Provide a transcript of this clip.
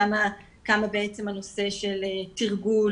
כמה בעצם הנושא של תרגול,